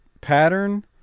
pattern